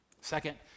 second